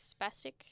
spastic